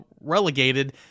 relegated